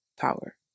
power